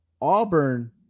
Auburn